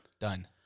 Done